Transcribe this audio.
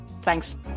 Thanks